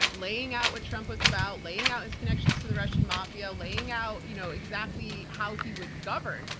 laying out what trump was about, laying out his connections to the russian mafia, laying out you know exactly how he would govern,